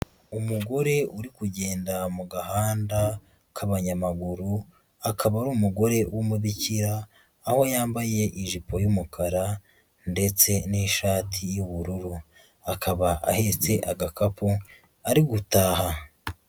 Umugore uri kugenda mu gahanda k'abanyamaguru, akaba ari umugore w'umubikira, aho yambaye ijipo y'umukara ndetse n'ishati y'ubururu, akaba ahetse agakapu ari gutaha.